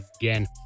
again